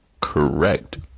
correct